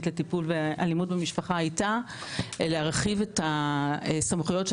לטיפול באלימות במשפחה הייתה להרחיב את הסמכויות של